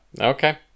okay